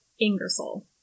Ingersoll